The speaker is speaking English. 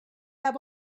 have